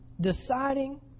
Deciding